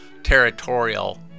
territorial